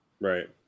Right